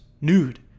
nude